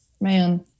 man